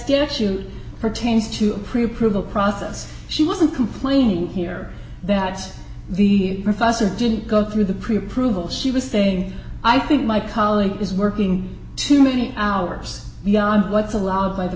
actually pertains to pre approval process she wasn't complaining here that the professor didn't go through the pre approval she was staying i think my colleague is working too many hours beyond what's allowed by the